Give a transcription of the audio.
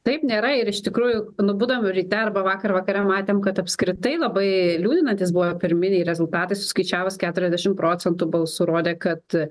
taip nėra ir iš tikrųjų nubudom ryte arba vakar vakare matėm kad apskritai labai liūdinantys buvo pirminiai rezultatai suskaičiavus keturiasdešim procentų balsų rodė kad